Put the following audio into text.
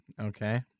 Okay